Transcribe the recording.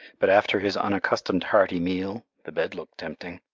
but after his unaccustomed hearty meal the bed looked tempting.